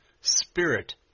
Spirit